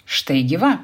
štai gi va